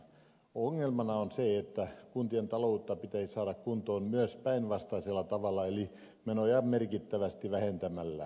ongelmana on se että kuntien taloutta pitäisi saada kuntoon myös päinvastaisella tavalla eli menoja merkittävästi vähentämällä